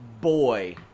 boy